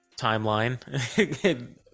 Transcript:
timeline